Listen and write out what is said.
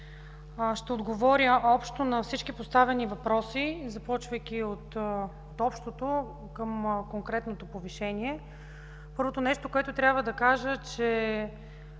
Ще отговоря общо на всички поставени въпроси, започвайки от общото към конкретното повишение. Първото нещо, което трябва да кажа, е,